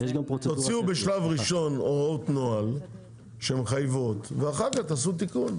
תציעו בשלב ראשון הוראות נוהל שמחייבות ואחר כך תעשו תיקון.